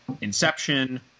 Inception